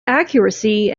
accuracy